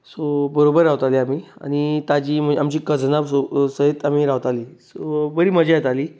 so बरोबर रावताले आमी आनी ताची आमची कझनां सयत आमी रावतालीं सो बरी मज्जा येताली